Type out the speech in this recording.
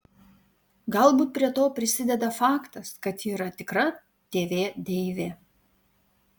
galbūt prie to prisideda faktas kad ji yra tikra tv deivė